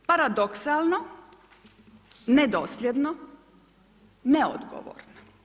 Paradoksalno, nedosljedno, neodgovorno.